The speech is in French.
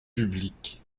public